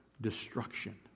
destruction